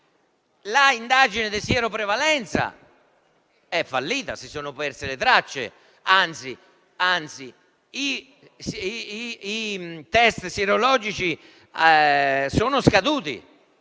l'indagine di sieroprevalenza è fallita e se ne sono perse le tracce, anzi, i test sierologici sono scaduti